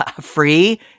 Free